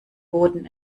boden